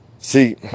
See